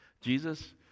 Jesus